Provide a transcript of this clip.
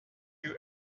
you